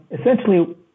Essentially